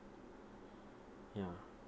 ya